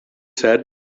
said